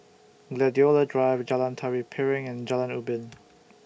Gladiola Drive Jalan Tari Piring and Jalan Ubin